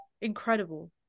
incredible